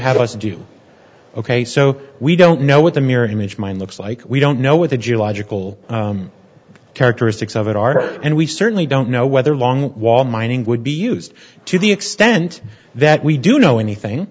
us do ok so we don't know what the mirror image mine looks like we don't know what the geological characteristics of it are and we certainly don't know whether long wall mining would be used to the extent that we do know anything